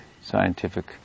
scientific